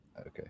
Okay